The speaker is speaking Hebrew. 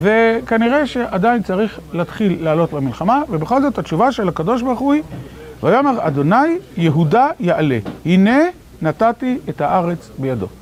וכנראה שעדיין צריך להתחיל לעלות למלחמה, ובכל זאת התשובה של הקדוש ברחוי היה אומר, אדוני, יהודה יעלה. הנה נתתי את הארץ בידו.